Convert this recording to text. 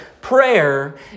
prayer